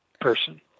person